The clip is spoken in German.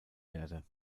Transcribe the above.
werde